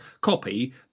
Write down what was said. copy